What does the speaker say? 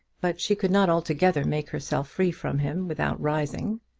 but she could not altogether make herself free from him without rising.